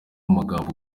amagambo